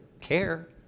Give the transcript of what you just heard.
care